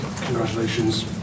congratulations